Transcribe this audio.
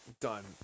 done